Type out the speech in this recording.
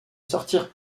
sortir